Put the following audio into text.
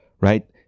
right